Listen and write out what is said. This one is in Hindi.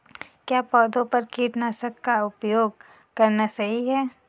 क्या पौधों पर कीटनाशक का उपयोग करना सही है?